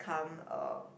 come um